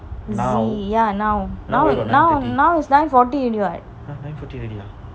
Z ya now now now now is nine forty already [what]